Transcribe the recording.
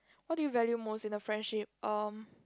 what do you value most in the friendship erm